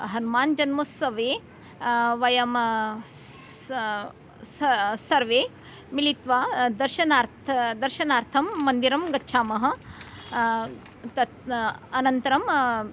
हनमान् जन्मोत्सवे वयं स सर्वे मिलित्वा दर्शनार्थं दर्शनार्थं मन्दिरं गच्छामः तत् अनन्तरम्